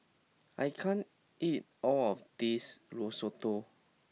I can't eat all of this Risotto